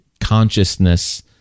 consciousness